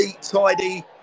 tidy